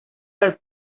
per